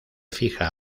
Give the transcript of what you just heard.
fija